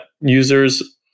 users